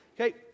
okay